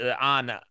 on